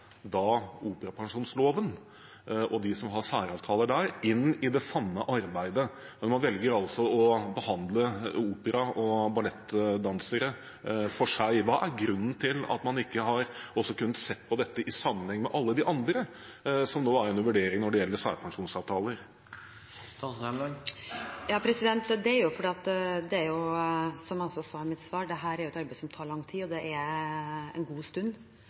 operapensjonsloven og de som har særavtaler i forbindelse med den, inn i det samme arbeidet. Man velger altså å behandle operasangere og ballettdansere for seg. Hva er grunnen til at man ikke har kunnet se dette i sammenheng med alle de andre som nå er under vurdering når det gjelder særpensjonsavtaler? Det er fordi – som jeg også sa i mitt svar – dette er et arbeid som tar lang tid. Det er en god stund